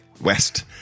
West